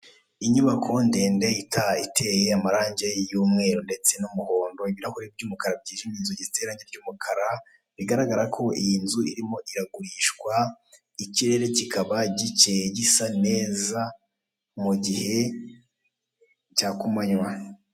Inyubako ndende iteye amarange y'umweru ndetse n'umuhondo, ibirahuri by'umukara byijimye, inzugi ziteye irangi ry'umukara bigaragara ko iyi nzu irimo iragurishwa, ikirere kikaba gikeye gisa neza mu gihe cya kumanywa.